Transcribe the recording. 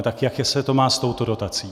Tak jak se to má s touto dotací?